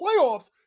playoffs